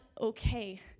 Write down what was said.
okay